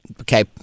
Okay